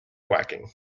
quacking